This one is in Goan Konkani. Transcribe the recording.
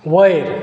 वयर